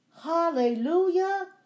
hallelujah